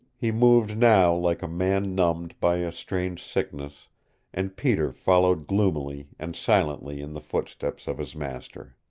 he moved now like a man numbed by a strange sickness and peter followed gloomily and silently in the footsteps of his master.